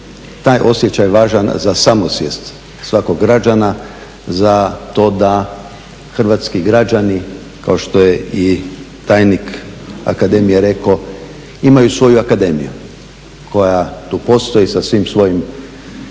taj osjećaj važan za samosvijest svakog građana za to da hrvatski građani kao što je i tajnik akademije rekao imaju svoju akademiju koja tu postoji sa svim svojim